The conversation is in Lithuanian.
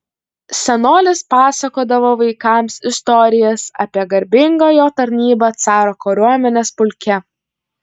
senolis pasakodavo vaikams istorijas apie garbingą jo tarnybą caro kariuomenės pulke